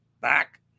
back